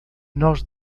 nós